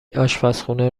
آشپرخونه